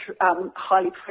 highly